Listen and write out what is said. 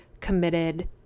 committed